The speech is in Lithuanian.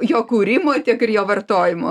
jo kūrimui tiek ir jo vartojimo